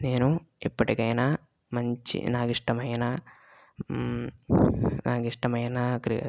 నేను ఇప్పటికైనా మంచి నాకిష్టమైన నాకు ఇష్టమైన క్రికెట్